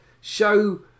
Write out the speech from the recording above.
show